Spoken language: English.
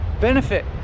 benefit